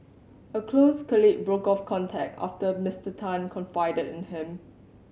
a close colleague broke off contact after Mister Tan confided in him